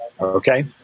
okay